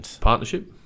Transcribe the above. partnership